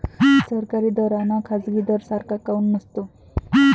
सरकारी दर अन खाजगी दर सारखा काऊन नसतो?